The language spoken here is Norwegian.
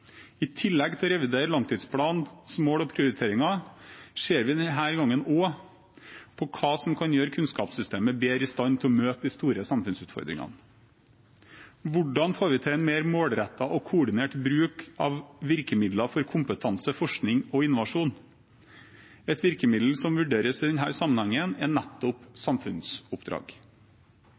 I tillegg til å revidere langtidsplanens mål og prioriteringer ser vi denne gangen også på hva som kan gjøre kunnskapssystemet bedre i stand til å møte de store samfunnsutfordringene. Hvordan får vi til en mer målrettet og koordinert bruk av virkemidler for kompetanse, forskning og innovasjon? Et virkemiddel som vurderes i denne sammenheng, er nettopp samfunnsoppdrag.